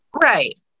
Right